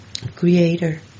creator